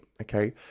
okay